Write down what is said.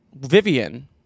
Vivian